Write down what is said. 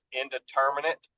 indeterminate